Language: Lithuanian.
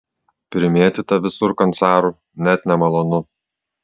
primėtyta visur kancarų net nemalonu